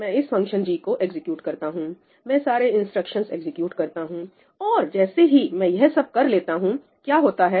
मैं इस function g को एग्जीक्यूट करता हूं मैं सारे इंस्ट्रक्शनस एग्जीक्यूट करता हूं और जैसे ही मैं यह सब कर लेता हूंक्या होता है